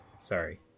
Sorry